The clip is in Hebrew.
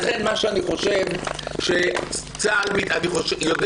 אני יודע